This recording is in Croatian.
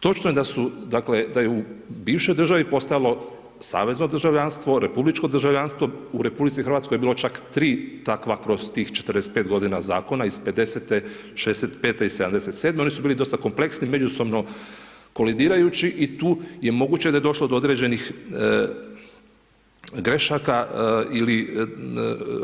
Točno je da su, da je u bivšoj državi postojalo savezno državljanstvo, republičko državljanstvo, u RH je čak 3 takva, kroz tih 45 godina zakona, iz 50., 65. i 77., oni su bili dosta kompleksni, međusobno kolidirajući i tu je moguće da je došlo do određenih grešaka ili